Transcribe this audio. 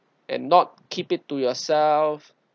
and not keep it to yourself